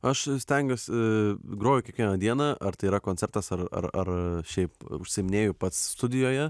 aš stengiuosi groju kiekvieną dieną ar tai yra koncertas ar ar ar šiaip užsiiminėju pats studijoje